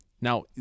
Now